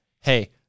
hey